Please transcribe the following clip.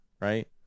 right